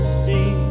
see